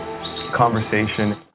conversation